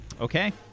Okay